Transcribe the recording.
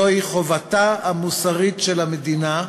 זוהי חובתה המוסרית של המדינה ושלנו,